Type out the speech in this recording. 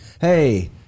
hey